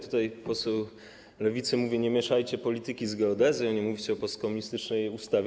Tutaj poseł Lewicy mówi: nie mieszajcie polityki z geodezją, nie mówcie o postkomunistycznej ustawie.